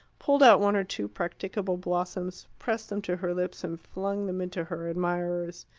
pulled out one or two practicable blossoms, pressed them to her lips, and flung them into her admirers.